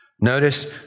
Notice